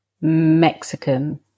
Mexican